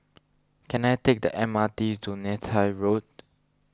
can I take the M R T to Neythai Road